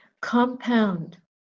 compound